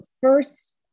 first